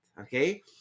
okay